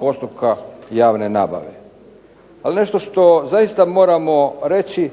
postupaka javne nabave. Ali nešto što zaista moramo reći,